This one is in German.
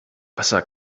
wasser